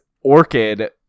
orchid